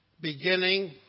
beginning